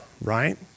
right